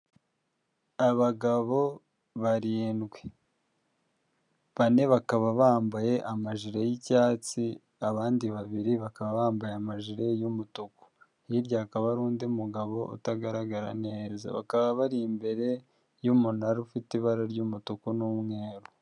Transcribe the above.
Abagabo barindwi bane bakaba bambaye amajire y'icyatsi abandi babiri bakaba bambaye amajire y'umutuku hirya hakaba hari undi mugabo utagaragara neza bakaba bari imbere y'umunara ufite ibara ry'umutuku n'umweru.